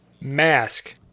Mask